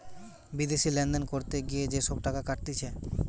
বিদেশি লেনদেন করতে গিয়ে যে সব টাকা কাটতিছে